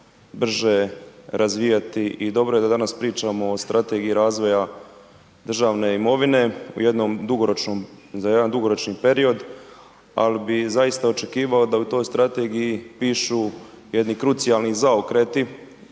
brže razvijati i dobro je da danas pričamo o strategiji razvoja državne imovine u jednom dugoročnom, za jedan dugoročni period, al bi zaista očekivao da u toj strategiji pišu jedni krucijalni zaokreti